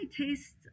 taste